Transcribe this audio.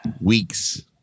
weeks